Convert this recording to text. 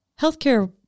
healthcare